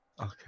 Okay